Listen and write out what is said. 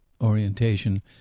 orientation